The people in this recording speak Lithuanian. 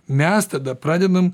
mes tada pradedam